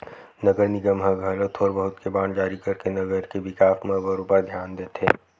नगर निगम ह घलो थोर बहुत के बांड जारी करके नगर के बिकास म बरोबर धियान देथे